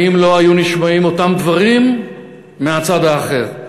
האם לא היו נשמעים אותם דברים מהצד האחר.